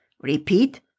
Repeat